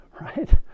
right